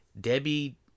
Debbie